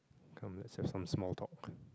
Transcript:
come let's have some small talk